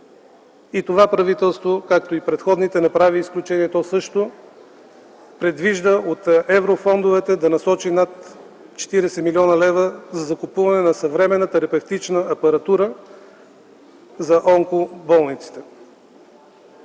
И това правителство, както и предходните, не прави изключение. То също предвижда от еврофондовете да насочи над 40 млн. лв. за закупуване на съвременна терапевтична апаратура за онкоболниците.